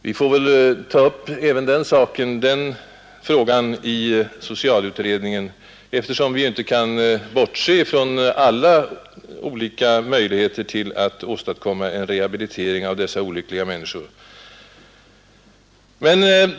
Vi får väl ta upp även den frågan i socialutredningen, eftersom vi inte kan bortse från någon av de reella möjligheterna att åstadkomma en rehabilitering av dessa olyckliga människor.